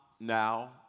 now